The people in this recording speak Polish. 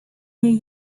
niej